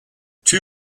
two